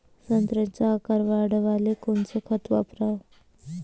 संत्र्याचा आकार वाढवाले कोणतं खत वापराव?